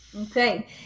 Okay